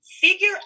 Figure